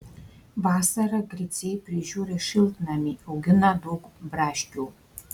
vasarą griciai prižiūri šiltnamį augina daug braškių